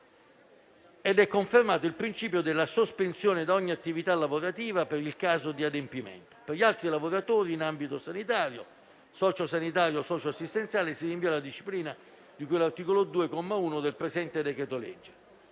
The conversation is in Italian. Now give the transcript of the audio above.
ed è confermato il principio della sospensione da ogni attività lavorativa per il caso di inadempimento. Per gli altri lavoratori in ambito sanitario, socio-sanitario e socio-assistenziale si rinvia alla disciplina di cui all'articolo 2, comma 1, del presente decreto-legge.